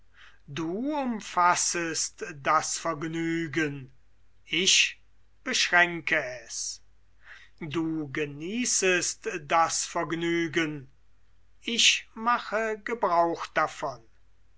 du umfassest das vergnügen ich beschränke es du genießest das vergnügen ich mache gebrauch davon